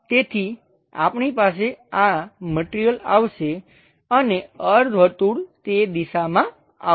તેથી આપણી પાસે આ મટિરિયલ આવશે અને અર્ધ વર્તુળ તે દિશામાં આવશે